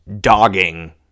dogging